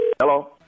Hello